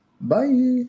Bye